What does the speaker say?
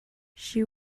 she